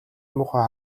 муухай